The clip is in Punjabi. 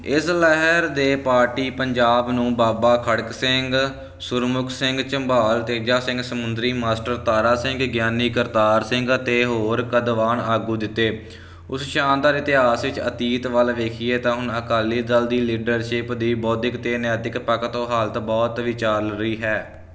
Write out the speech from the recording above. ਇਸ ਲਹਿਰ ਦੇ ਪਾਰਟੀ ਪੰਜਾਬ ਨੂੰ ਬਾਬਾ ਖੜਕ ਸਿੰਘ ਸੁਰਮੁਖ ਸਿੰਘ ਝਬਾਲ ਤੇਜਾ ਸਿੰਘ ਸਮੁੰਦਰੀ ਮਾਸਟਰ ਤਾਰਾ ਸਿੰਘ ਗਿਆਨੀ ਕਰਤਾਰ ਸਿੰਘ ਅਤੇ ਹੋਰ ਕ ਦਵਾਨ ਆਗੂ ਦਿੱਤੇ ਉਸ ਸ਼ਾਨਦਾਰ ਇਤਿਹਾਸ ਵਿੱਚ ਅਤੀਤ ਵੱਲ ਵੇਖੀਏ ਤਾਂ ਹੁਣ ਅਕਾਲੀ ਦਲ ਦੀ ਲੀਡਰਸ਼ਿਪ ਦੀ ਬੌਧਿਕ ਤੇ ਨੈਤਿਕ ਪੱਖ ਤੋਂ ਹਾਲਤ ਬਹੁਤ ਵਿਚਾਰ ਰਹੀ ਹੈ